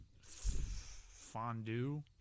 fondue